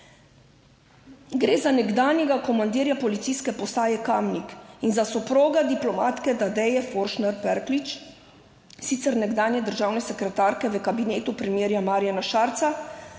Gre za nekdanjega komandirja Policijske postaje Kamnik in za soproga diplomatke Tadeje Forštner Perklič, sicer nekdanje državne sekretarke v kabinetu premierja Marjana Šarca,